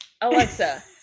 alexa